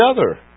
together